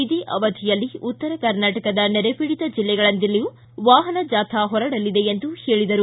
ಇದೇ ಅವಧಿಯಲ್ಲಿ ಉತ್ತರ ಕರ್ನಾಟಕದ ನೆರೆ ಪೀಡಿತ ಜಿಲ್ಲೆಗಳಿಂದಲೂ ವಾಹನ ಜಾಥಾ ಹೊರಡಲಿದೆ ಎಂದು ಹೇಳಿದರು